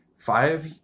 five